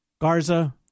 Garza